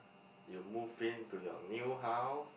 you move in to your new house